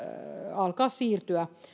alkaa siirtyä